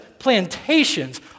plantations